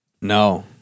No